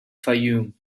fayoum